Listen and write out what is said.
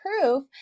proof